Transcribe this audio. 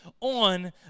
on